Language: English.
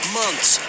months